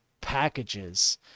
packages